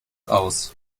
aus